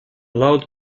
loud